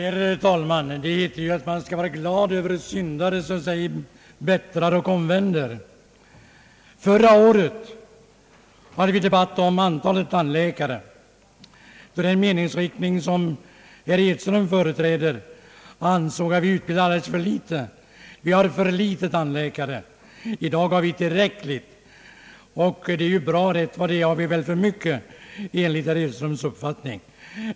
Herr talman! Det heter att man skall vara glad över syndare som sig bättrar och omvänder. Förra året hade vi en debatt om antalet tandläkare. Den me ningsriktning som herr Edström företräder ansåg då att det utbildas för få tandläkare, I dag säger herr Edström att vi har tillräckligt många tandläkare, och det låter ju bra. Rätt vad det är har vi väl för många enligt herr Edströms uppfattning.